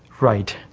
right.